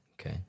okay